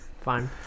Fine